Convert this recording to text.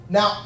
Now